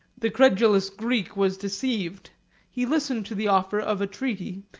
the credulous greek was deceived he listened to the offer of a treaty,